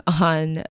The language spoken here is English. on